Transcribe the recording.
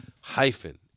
hyphen